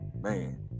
man